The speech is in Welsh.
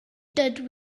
dydw